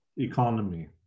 economy